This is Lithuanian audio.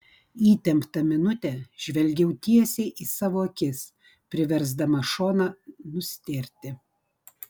įtemptą minutę žvelgiau tiesiai į savo akis priversdama šoną nustėrti